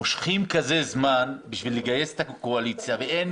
מושכים את הזמן כדי לגייס את הקואליציה ואין